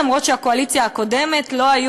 אף שבקואליציה הקודמת החרדים לא היו,